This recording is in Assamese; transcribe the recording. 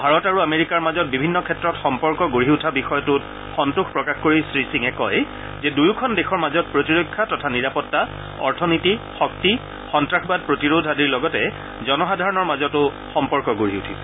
ভাৰত আৰু আমেৰিকাৰ মাজত বিভিন্ন ক্ষেত্ৰত সম্পৰ্ক গঢ়ি উঠা বিষয়টোত সন্তোষ প্ৰকাশ কৰি শ্ৰী সিঙে কয় যে দুয়োখন দেশৰ মাজত প্ৰতিৰক্ষা তথা নিৰাপত্তা অৰ্থনীতি শক্তি সন্তাসবাদ প্ৰতিৰোধ আদিৰ লগতে জনসাধাৰণৰ মাজতো সম্পৰ্ক গঢ়ি উঠিছে